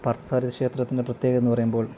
പാർത്ഥ സാരഥി ക്ഷേത്രത്തിൻ്റെ പ്രത്യേകതയെന്നു പറയുമ്പോൾ